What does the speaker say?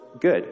good